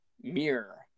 mirror